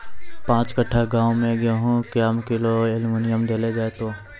पाँच कट्ठा गांव मे गेहूँ मे क्या किलो एल्मुनियम देले जाय तो?